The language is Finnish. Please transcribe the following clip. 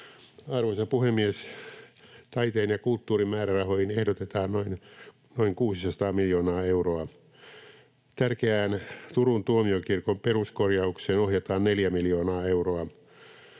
Arvoisa puhemies! Taiteen ja kulttuurin määrärahoihin ehdotetaan noin 600 miljoonaa euroa. Tärkeään Turun tuomiokirkon peruskorjaukseen ohjataan neljä miljoonaa euroa.